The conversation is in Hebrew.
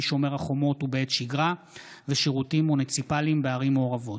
שומר החומות ובעת שגרה ושירותים מוניציפליים בערים מעורבות.